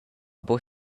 buca